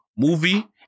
movie